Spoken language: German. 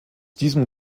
diesem